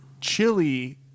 chili